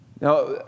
Now